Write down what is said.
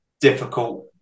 difficult